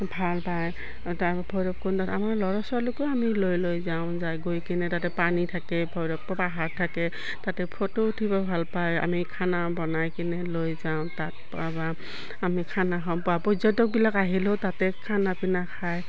ভাল পায় তাৰ ভৈৰৱকুণ্ডত আমাৰ ল'ৰা ছোৱালীকো আমি লৈ লৈ যাওঁ যাই গৈ কিনে তাতে পানী থাকে ভৈৰৱ পাহাৰ থাকে তাতে ফটো উঠিব ভাল পায় আমি খানা বনাই কিনে লৈ যাওঁ তাত আমি খানা খাওঁ বা পৰ্যটকবিলাক আহিলেও তাতে খানা পিনা খায়